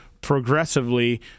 progressively